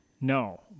No